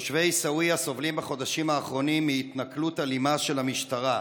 תושבי עיסאוויה סובלים בחודשים האחרונים מהתנכלות אלימה של המשטרה.